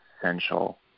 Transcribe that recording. essential